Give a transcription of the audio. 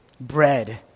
bread